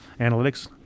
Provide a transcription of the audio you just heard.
analytics